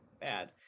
bad